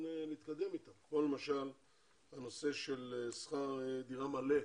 להתקדם אתן כמו למשל הנושא של שכר דירה מלא.